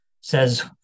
says